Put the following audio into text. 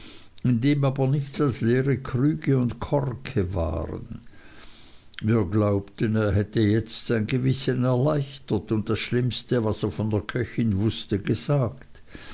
dem aber nichts als leere krüge und korke waren wir glaubten er hätte jetzt sein gewissen erleichtert und das schlimmste was er von der köchin wußte gesagt